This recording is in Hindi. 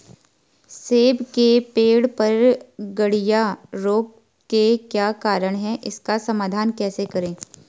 सेब के पेड़ पर गढ़िया रोग के क्या कारण हैं इसका समाधान कैसे करें?